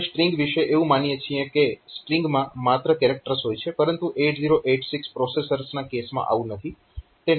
આપણે સ્ટ્રીંગ વિશે એવું માનીએ છીએ કે સ્ટ્રીંગમાં માત્ર કેરેક્ટર્સ હોય છે પરંતુ 8086 પ્રોસેસર્સના કેસમાં આવું નથી